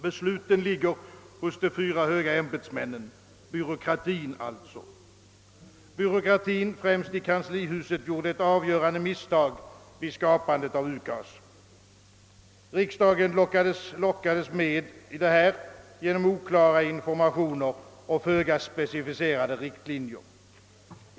Besluten ligger hos de fyra höga ämbetsmännen, alltså hos byråkratin. Byråkratin, främst i kanslihuset, gjorde ett avgörande misstag vid skapandet av UKAS. Riksdagen lockades med genom oklara informationer och föga specificerade riktlinjer.